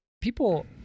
people